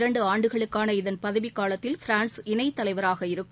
இரண்டு ஆண்டுகளுக்கான இதன் பதவிக் காலத்தில் பிரான்ஸ் இணை தலைவராக இருக்கும்